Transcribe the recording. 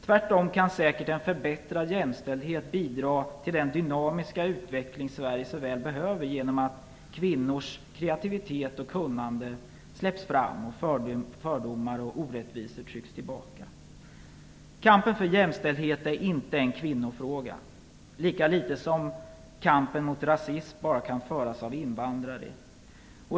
Tvärtom kan säkert en förbättrad jämställdhet bidra till den dynamiska utveckling Sverige så väl behöver genom att kvinnors kreativitet och kunnande släpps fram och fördomar och orättvisor trycks tillbaka. Kampen för jämställdhet är inte en kvinnofråga, lika litet som kampen mot rasism bara kan föras av invandrare.